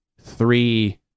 three